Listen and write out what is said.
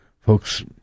Folks